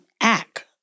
act